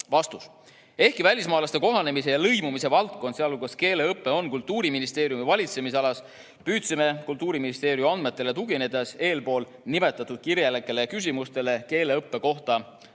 Ehkki välismaalaste kohanemise ja lõimumise valdkond, sealhulgas keeleõpe, on Kultuuriministeeriumi valitsemisalas, püüdsime Kultuuriministeeriumi andmetele tuginedes eelnimetatud kirjalikele küsimustele keeleõppe kohta vastata.